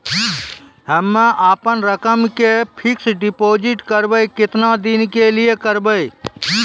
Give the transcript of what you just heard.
हम्मे अपन रकम के फिक्स्ड डिपोजिट करबऽ केतना दिन के लिए करबऽ?